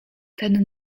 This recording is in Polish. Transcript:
ten